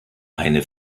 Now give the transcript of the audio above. eine